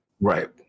Right